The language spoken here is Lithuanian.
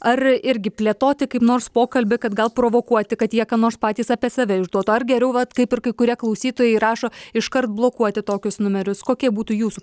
ar irgi plėtoti kaip nors pokalbį kad gal provokuoti kad jie ką nors patys apie save išduotų ar geriau vat kaip ir kai kurie klausytojai rašo iškart blokuoti tokius numerius kokie būtų jūsų